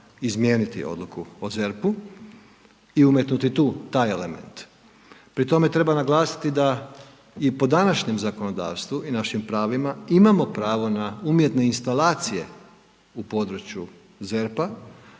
izmijeniti odluku o ZERP-u i umetnuti tu, taj element. Pri tome treba naglasiti da i po današnjem zakonodavstvu i našim pravima imamo pravo na umjetne instalacije u području ZERP-a